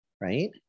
right